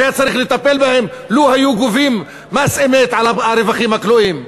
שהיה צריך לטפל בהם לו היו גובים מס אמת על הרווחים הכלואים?